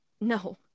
No